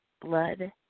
blood